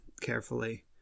carefully